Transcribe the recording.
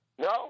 No